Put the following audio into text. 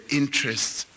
interests